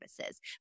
services